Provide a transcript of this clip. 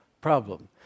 problem